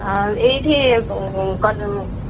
ଆଉ ଏଇଠି